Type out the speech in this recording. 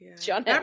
john